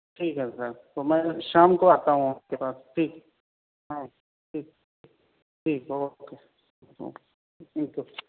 ٹھیک ہے سر تو میں شام کو آتا ہوں آپ کے پاس ٹھیک ہاں ٹھیک ٹھیک اوکے اوکے بالکل